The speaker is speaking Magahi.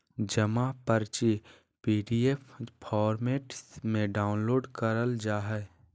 जमा पर्ची पीडीएफ फॉर्मेट में डाउनलोड करल जा हय